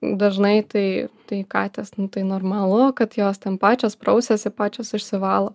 dažnai tai tai katės tai normalu kad jos ten pačios prausiasi pačios išsivalo